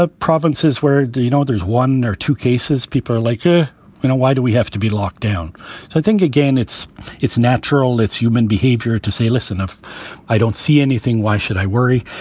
ah provinces. where do you know there's one or two cases people are like? ah and why do we have to be locked down? i think, again, it's it's natural. it's human behavior to say, listen, if i don't see anything, why should i worry?